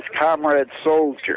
comrade-soldier